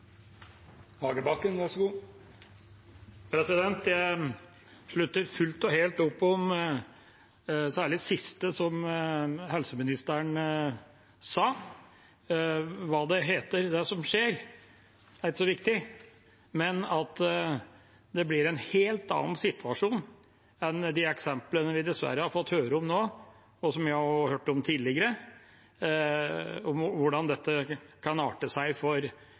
Jeg slutter fullt og helt opp om særlig det siste som helseministeren sa. Hva det heter, det som skjer, er ikke så viktig, men det blir en helt annen situasjon enn de eksemplene vi dessverre har fått høre om nå, og som vi jo har hørt om tidligere, om hvordan dette kan arte seg for